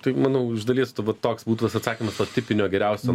tai manau iš dalies tai va toks būtų tas atsakymas to tipinio geriausio